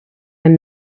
and